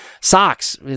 Socks